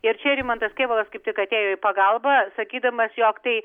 ir čia rimantas kėvalas kaip tik atėjo į pagalbą sakydamas jog tai